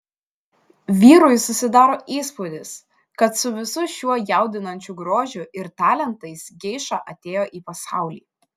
vyrui susidaro įspūdis kad su visu šiuo jaudinančiu grožiu ir talentais geiša atėjo į pasaulį